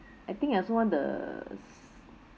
I think I also want the